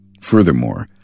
Furthermore